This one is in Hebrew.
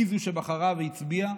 היא שבחרה והצביעה.